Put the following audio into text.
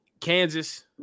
Kansas